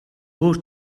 өөр